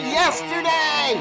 yesterday